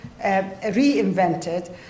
reinvented